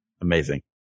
Amazing